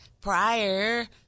prior